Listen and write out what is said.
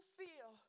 feel